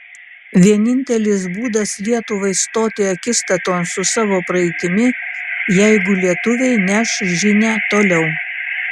vienintelis būdas lietuvai stoti akistaton su savo praeitimi jeigu lietuviai neš žinią toliau